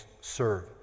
serve